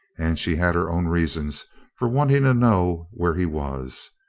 and she had her own reasons for wanting to know where he was.